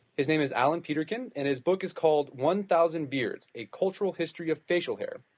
his name is allan peterkin, and his book is called one thousand beards a cultural history of facial hair.